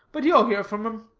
but you'll hear from him.